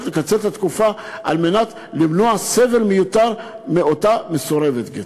לקצר את התקופה על מנת למנוע סבל מיותר מאותה מסורבת גט.